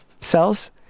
cells